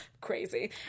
crazy